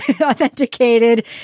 authenticated